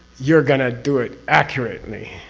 you're going to do it accurately!